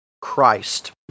Christ